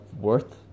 worth